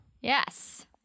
Yes